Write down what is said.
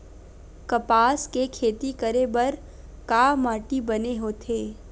कपास के खेती करे बर का माटी बने होथे?